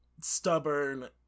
stubborn